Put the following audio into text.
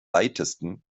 weitesten